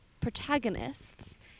protagonists